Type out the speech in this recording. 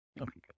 okay